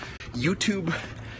YouTube